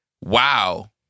wow